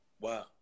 Wow